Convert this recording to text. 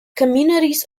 communities